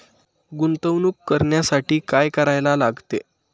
गुंतवणूक करण्यासाठी काय करायला लागते?